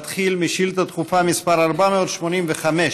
נתחיל בשאילה דחופה מס' 485,